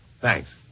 Thanks